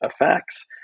effects